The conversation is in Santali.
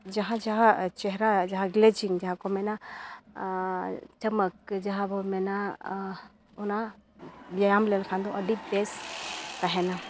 ᱡᱟᱦᱟᱸ ᱡᱟᱦᱟᱸ ᱪᱮᱦᱨᱟ ᱡᱟᱦᱟᱸ ᱜᱞᱮᱪᱤᱝ ᱡᱟᱦᱟᱸ ᱠᱚ ᱢᱮᱱᱟ ᱪᱚᱢᱚᱠ ᱡᱟᱦᱟᱸᱵᱚᱱ ᱢᱮᱱᱟ ᱚᱱᱟ ᱵᱮᱭᱟᱢ ᱞᱮᱠᱷᱟᱱ ᱫᱚ ᱟᱹᱰᱤ ᱵᱮᱥ ᱛᱟᱦᱮᱱᱟ